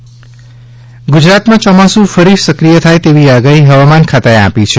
હવામાન ગુજરાતમાં ચોમાસુ ફરી સક્રિય થાય તેવી આગાહી હવામાન ખાતાએ આપી છે